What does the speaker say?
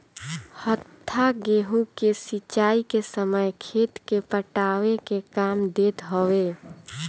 हत्था गेंहू के सिंचाई के समय खेत के पटावे के काम देत हवे